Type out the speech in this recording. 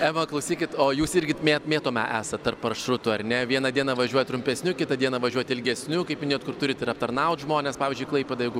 eva klausykit o jūs irgi apmėtoma esat tarp maršrutų ar ne vieną dieną važiuoji trumpesniu kitą dieną važiuot ilgesniu kaip minėjot kur turit ir aptarnaut žmones pavyzdžiui klaipėda jeigu